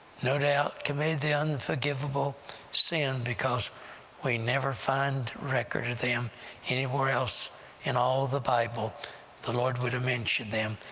no doubt, committed the unforgivable sin because we never find record of them anywhere else in all the bible the lord would've mentioned them.